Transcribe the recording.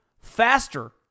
faster